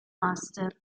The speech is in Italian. master